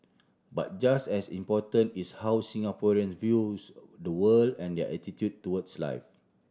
but just as important is how Singaporean views the world and their attitude towards life